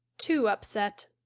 too upset.